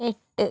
എട്ട്